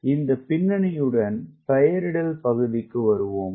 இந்த பின்னணியுடன் பெயரிடல் பகுதிக்கு வருவோம்